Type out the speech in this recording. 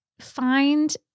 find